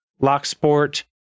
Locksport